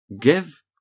give